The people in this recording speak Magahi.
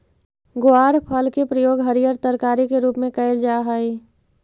ग्वारफल के प्रयोग हरियर तरकारी के रूप में कयल जा हई